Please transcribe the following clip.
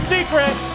Secret